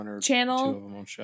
channel